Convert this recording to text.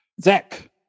Zach